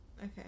Okay